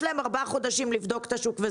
ויש להם ארבעה חודשים לבדוק את השוק.